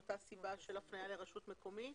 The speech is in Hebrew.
מאותה סיבה של הפניה לרשות מקומית.